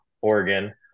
Oregon